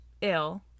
ill